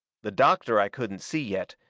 the doctor i couldn't see yet,